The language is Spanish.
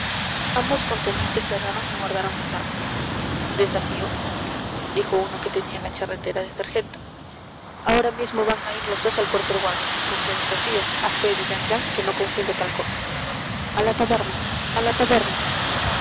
ambos contendientes cerraron y guardaron las armas desafío dijo uno que tenía la charretera de sargento ahora mismo van a ir los dos al cuerpo de guardia con que desafío a fe de jean jean que no consiento tal cosa a la taberna a la taberna